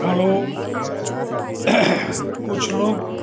hello कुछ लोग